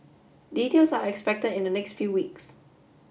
details are expected in the next few weeks